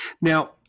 Now